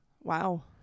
Wow